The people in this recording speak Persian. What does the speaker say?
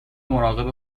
مراقب